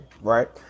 right